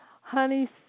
Honey